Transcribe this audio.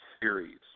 Series